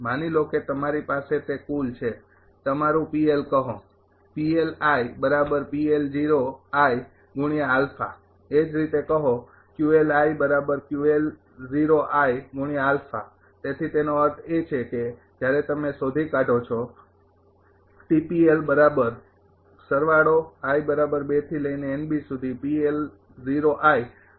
માની લો કે તમારી પાસે તે કુલ છે તમારું કહો એ જ રીતે કહો તેથી તેનો અર્થ એ છે કે જ્યારે તમે શોધી કાઢો છો અને